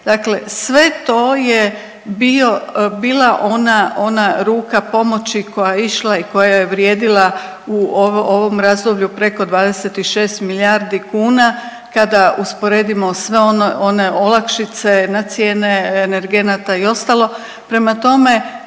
Dakle, sve to je bio, bila ona, ona ruka pomoći koja je išla i koja je vrijedila u ovom razdoblju preko 26 milijardi kuna kada usporedimo sve one olakšice na cijene energenata i ostalo. Prema tome,